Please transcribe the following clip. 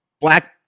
black